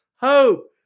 hope